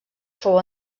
fou